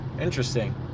Interesting